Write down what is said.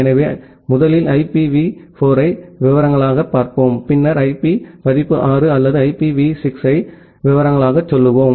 எனவே முதலில் ஐபிவி 4 ஐ விவரங்களில் பார்ப்போம் பின்னர் ஐபி பதிப்பு 6 அல்லது ஐபிவி 6 இன் விவரங்களுக்குச் செல்வோம்